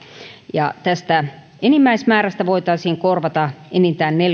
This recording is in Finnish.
ja tästä enimmäismäärästä voitaisiin korvata enintään